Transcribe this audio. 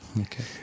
Okay